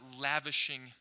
lavishing